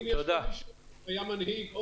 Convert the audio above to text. היה מנהיג פה